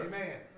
Amen